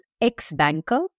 ex-banker